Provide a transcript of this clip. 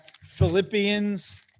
Philippians